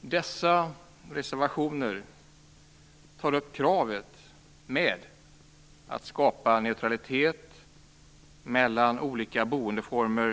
Dessa reservationer tar upp kravet på att skapa neutralitet mellan olika boendeformer.